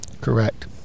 correct